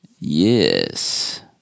Yes